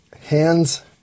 hands